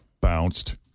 bounced